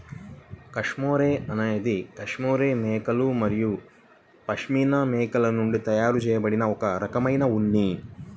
cashmere అనేది cashmere మేకలు మరియు పష్మినా మేకల నుండి తయారు చేయబడిన ఒక రకమైన ఉన్ని